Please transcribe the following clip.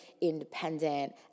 independent